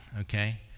okay